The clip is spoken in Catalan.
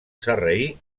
sarraí